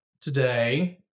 today